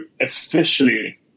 officially